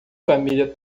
família